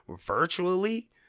virtually